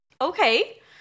Okay